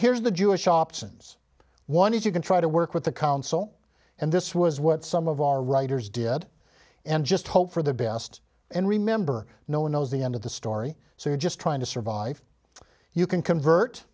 here's the jewish options one is you can try to work with the council and this was what some of our writers did and just hope for the best and remember no one knows the end of the story so you're just trying to survive you can convert